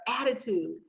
attitude